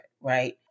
right